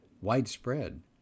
widespread